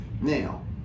Now